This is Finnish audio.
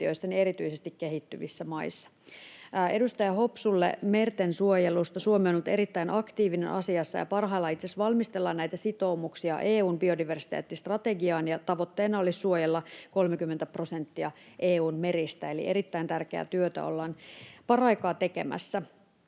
erityisesti kehittyvissä maissa. Edustaja Hopsulle mertensuojelusta: Suomi on ollut erittäin aktiivinen asiassa, ja parhaillaan itse asiassa valmistellaan näitä sitoumuksia EU:n biodiversiteettistrategiaan, ja tavoitteena olisi suojella 30 prosenttia EU:n meristä, eli erittäin tärkeää työtä ollaan paraikaa tekemässä.